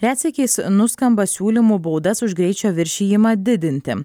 retsykiais nuskamba siūlymų baudas už greičio viršijimą didinti